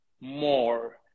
more